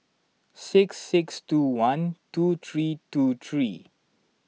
six six two one two three two three